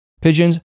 Pigeons